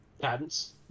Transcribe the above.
Patents